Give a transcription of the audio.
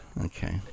okay